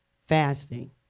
fasting